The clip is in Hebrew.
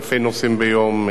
אלפי נוסעים ביום,